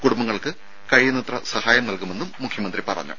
കുടുംബങ്ങൾക്ക് കഴിയുന്നത്ര സഹായം നൽകുമെന്നും മുഖ്യമന്ത്രി പറഞ്ഞു